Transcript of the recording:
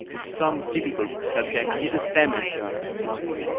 some typical subject give the same answer as asperger's,